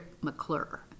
McClure